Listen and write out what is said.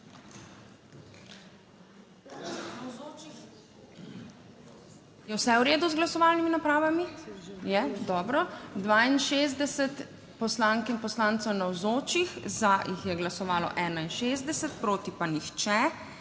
Je vse v redu, z glasovalnimi napravami? Je, dobro. 62 poslank in poslancev navzočih, za jih je glasovalo 61, proti pa nihče.